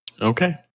okay